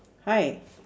hi